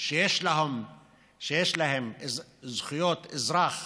שיש להם זכויות אזרח